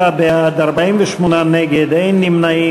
37 בעד, 48 נגד, אין נמנעים.